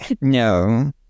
No